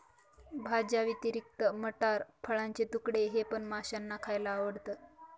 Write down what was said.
भाज्यांव्यतिरिक्त मटार, फळाचे तुकडे हे पण माशांना खायला आवडतं